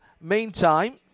meantime